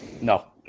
No